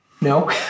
No